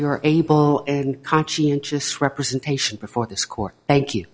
your able and conscientious representation before this court thank you